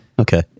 Okay